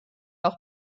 auch